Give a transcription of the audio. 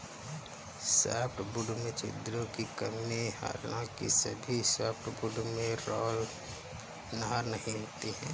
softwood में छिद्रों की कमी हालांकि सभी सॉफ्टवुड में राल नहरें नहीं होती है